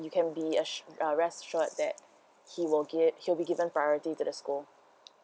you can be assu~ uh very sure that he will get he will given priority to the school